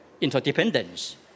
interdependence